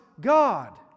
God